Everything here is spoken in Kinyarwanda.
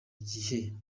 igihe